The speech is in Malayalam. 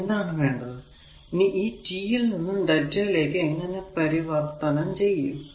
ഇനി എന്താണ് വേണ്ടത് ഇനി ഈ t യിൽ നിന്നും lrmΔ യിലേക്ക് എങ്ങനെ പരിവർത്തനം ചെയ്യും